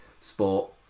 Sport